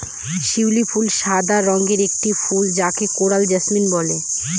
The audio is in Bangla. শিউলি ফুল সাদা রঙের একটি ফুল যাকে কোরাল জাসমিন বলে